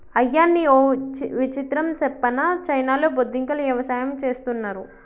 అయ్యనీ ఓ విచిత్రం సెప్పనా చైనాలో బొద్దింకల యవసాయం చేస్తున్నారు